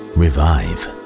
revive